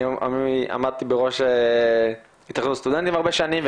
אני עמדתי בראש התאחדות הסטודנטים הרבה שנים,